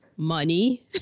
Money